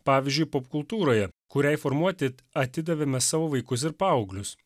pavyzdžiui popkultūroje kuriai formuoti atidavėme savo vaikus ir paauglius